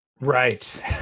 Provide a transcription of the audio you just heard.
Right